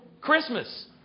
Christmas